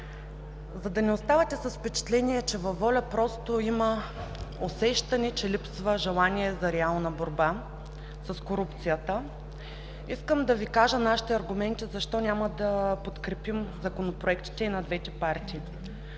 за да не оставате с впечатление, че във „Воля“ просто има усещане, че липсва желание за реална борба с корупцията, искам да Ви кажа нашите аргументи защо няма да подкрепим законопроектите и на двете партии.